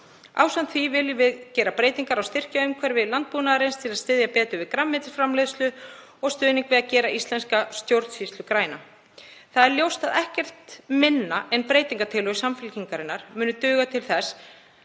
Ásamt því viljum við gera breytingar á styrkjaumhverfi landbúnaðarins til að styðja betur við grænmetisframleiðslu og stuðning við að gera íslenska stjórnsýslu græna. Ljóst er að ekkert minna en breytingartillögur Samfylkingarinnar munu duga til þess